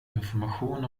information